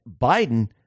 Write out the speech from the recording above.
Biden